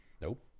Nope